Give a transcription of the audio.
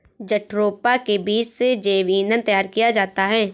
jatropha के बीज से जैव ईंधन तैयार किया जाता है